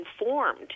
informed